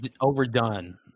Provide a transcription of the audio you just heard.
overdone